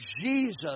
Jesus